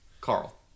Carl